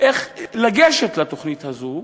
איך לגשת לתוכנית הזאת,